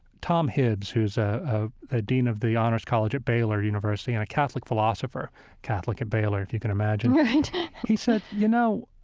tom hibbs, who's ah ah ah dean of the honors college at baylor university and a catholic philosopher a catholic at baylor if you can imagine right he said, you know,